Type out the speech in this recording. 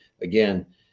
again